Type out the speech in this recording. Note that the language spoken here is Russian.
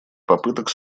попыток